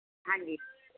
ਹਾਂਜੀ